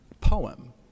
poem